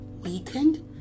weekend